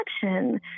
perception